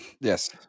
Yes